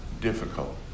difficult